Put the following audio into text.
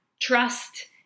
trust